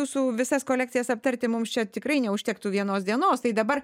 jūsų visas kolekcijas aptarti mums čia tikrai neužtektų vienos dienos tai dabar